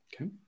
okay